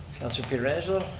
councilor pietrangelo.